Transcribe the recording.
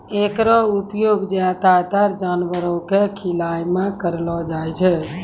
एकरो उपयोग ज्यादातर जानवरो क खिलाय म करलो जाय छै